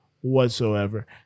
whatsoever